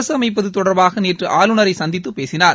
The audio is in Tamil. அரசு அமைப்பது தொடர்பாக நேற்று ஆளுநரை சந்தித்து பேசினார்